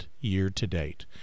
year-to-date